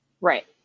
Right